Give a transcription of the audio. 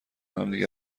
همدیگه